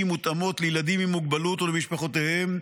מותאמות לילדים עם מוגבלות ולמשפחותיהם,